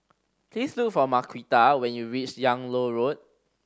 please look for Marquita when you reach Yung Loh Road